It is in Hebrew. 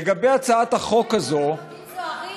לגבי הצעת החוק הזאת, מגינים זוהרים?